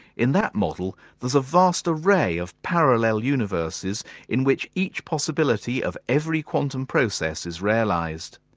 in that model there's a vast array of parallel universes in which each possibility of every quantum process is realised.